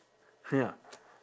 ya